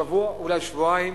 שבוע ואולי שבועיים.